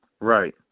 Right